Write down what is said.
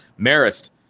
Marist